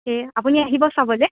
এ আপুনি আহিব চবলৈ